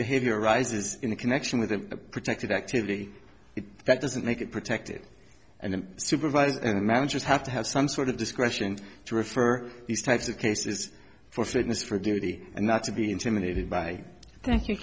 behavior arises in a connection with a protected activity that doesn't make it protected and the supervisors and managers have to have some sort of discretion to refer these types of cases for fitness for duty and not to be intimidated by thank you